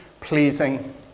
pleasing